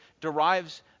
derives